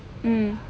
mm